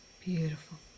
Beautiful